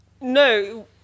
No